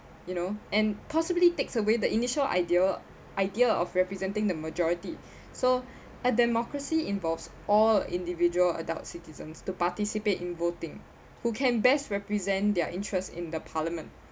you know and possibly takes away the initial idea idea of representing the majority so a democracy involves all individual adults citizens to participate in voting who can best represent their interests in the parliament